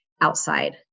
outside